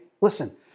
Listen